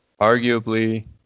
arguably